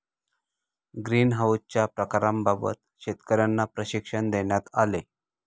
ग्रीनहाउसच्या प्रकारांबाबत शेतकर्यांना प्रशिक्षण देण्यात आले